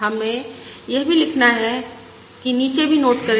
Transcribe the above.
हमें यह भी लिखना है कि नीचे भी नोट करें